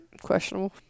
Questionable